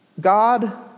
God